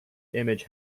image